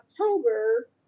October